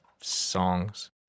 songs